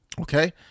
Okay